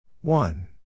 One